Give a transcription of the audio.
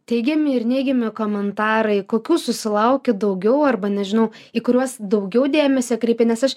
teigiami ir neigiami komentarai kokių susilaukėt daugiau arba nežinau į kuriuos daugiau dėmesio kreipi nes aš